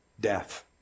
Death